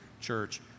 church